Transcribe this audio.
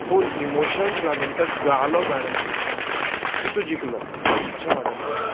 फूल emotions घालून ते गालो गाणें की तूं जिकलो अशें म्हाजें म्हणणें